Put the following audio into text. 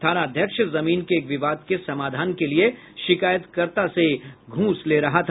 थानाध्यक्ष जमीन के एक विवाद के समाधान के लिये शिकायतकर्ता से घ्रस ले रहा था